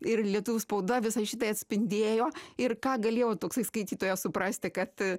ir lietuvių spauda visai šitai atspindėjo ir ką galėjau toksai skaitytojas suprasti kad